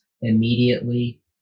immediately